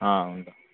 ఉండు